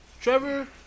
Trevor